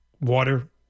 water